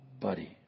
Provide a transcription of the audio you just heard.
Buddy